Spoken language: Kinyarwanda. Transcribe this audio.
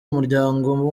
umuryango